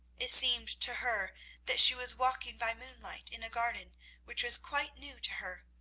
it seemed to her that she was walking by moonlight in a garden which was quite new to her,